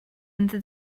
into